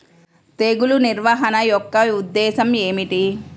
తెగులు నిర్వహణ యొక్క ఉద్దేశం ఏమిటి?